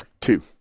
Two